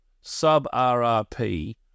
sub-RRP